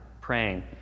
praying